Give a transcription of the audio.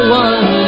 one